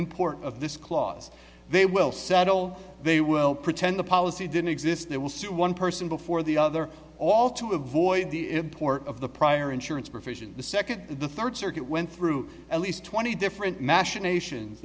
import of this clause they will settle they will pretend the policy didn't exist they will sue one person before the other all to avoid the import of the prior insurance provisions the second the third circuit went through at least twenty different machinations